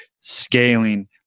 scaling